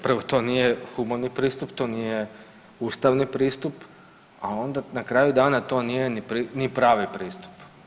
Prvo to nije humani pristup, to nije ustavni pristup, a onda na kraju dana to nije ni pravi pristup.